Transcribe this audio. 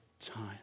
time